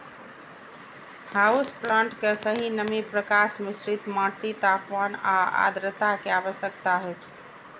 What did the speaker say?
house plant कें सही नमी, प्रकाश, मिश्रित माटि, तापमान आ आद्रता के आवश्यकता होइ छै